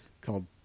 called